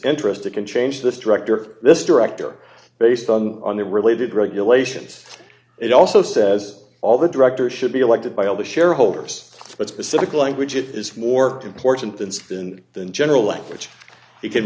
interest it can change this director this director based on the related regulations it also says all the director should be elected by all the shareholders but specific language it is more important than spin than general language